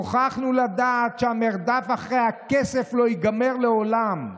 נוכחנו לדעת שהמרדף אחרי הכסף לא ייגמר לעולם,